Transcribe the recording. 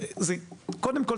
קודם כל,